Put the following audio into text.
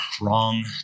wrong